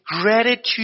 gratitude